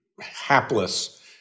hapless